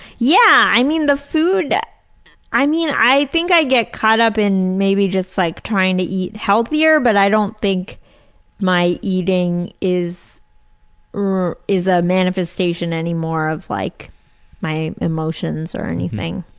yeah, i mean the food i mean i think i get caught up in maybe just like trying to eat healthier, but i don't think my eating is is a manifestation anymore of like my emotions or anything.